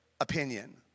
opinion